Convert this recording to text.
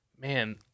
man